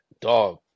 Dog